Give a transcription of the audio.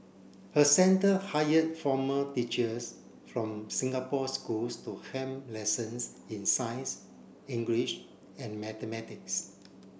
her centre hired former teachers from Singapore schools to helm lessons in science English and mathematics